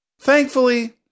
Thankfully